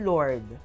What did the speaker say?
Lord